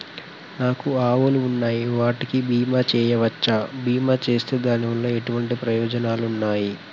నాకు ఆవులు ఉన్నాయి వాటికి బీమా చెయ్యవచ్చా? బీమా చేస్తే దాని వల్ల ఎటువంటి ప్రయోజనాలు ఉన్నాయి?